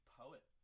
poet